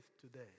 today